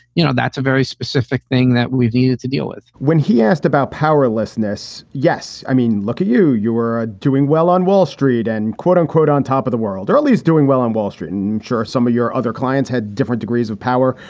you know, that's a very specific thing that we needed to deal with when he asked about powerlessness. yes. i mean, look at you. you were ah doing well on wall street and quote unquote, on top of the world early is doing well on wall street. and i'm sure some of your other clients had different degrees of power.